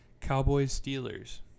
Cowboys-Steelers